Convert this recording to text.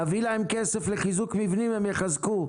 תביא להם כסף לחיזוק מבנים, הם יחזקו.